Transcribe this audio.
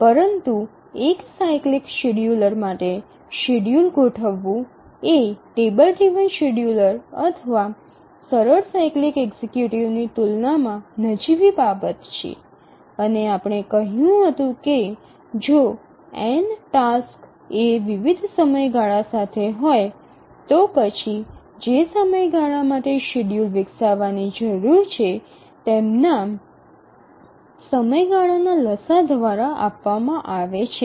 પરંતુ એક cyclic scheduler માટે શેડ્યૂલ ગોઠવવું એ ટેબલ ડ્રિવન શેડ્યૂલર અથવા સરળ સાયક્લિક એક્ઝિક્યુટિવની તુલનામાં નજીવી બાબત છે અને આપણે કહ્યું હતું કે જો n ટાસક્સ એ વિવિધ સમયગાળા સાથે હોય તો પછી જે સમયગાળા માટે શેડ્યૂલ વિકસાવવાની જરૂર છે તે તેમના સમયગાળાના લસાઅ દ્વારા આપવામાં આવે છે